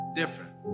different